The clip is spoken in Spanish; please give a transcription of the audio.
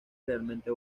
realmente